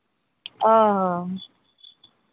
ᱚᱻ